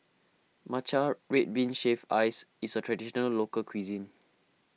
Matcha Red Bean Shaved Ice is a Traditional Local Cuisine